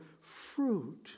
fruit